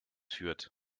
führt